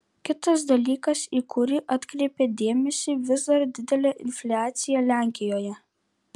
kitas dalykas į kurį atkreipia dėmesį vis dar didelė infliacija lenkijoje